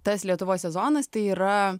tas lietuvos sezonas tai yra